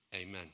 Amen